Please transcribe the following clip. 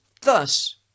thus